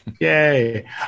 Yay